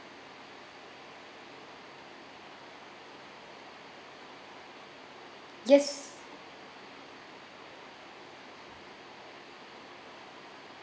yes